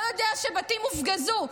לא יודע שבתים הופגזו.